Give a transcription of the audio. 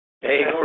Hey